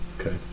okay